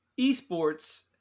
Esports